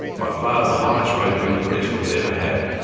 by far the highest rate of increase we had ever had,